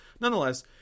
nonetheless